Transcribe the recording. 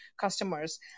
customers